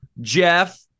Jeff